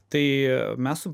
tai mes